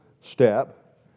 step